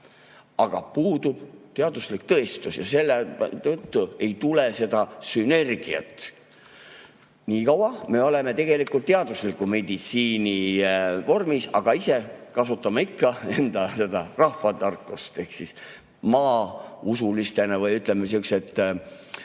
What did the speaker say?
aga puudub teaduslik tõestus ja seetõttu ei tule seda sünergiat. Niikaua me oleme tegelikult teadusliku meditsiini vormis, aga ise kasutame ikka enda rahvatarkust. Ehk maausulistena või, ütleme, siin